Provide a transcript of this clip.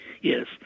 Yes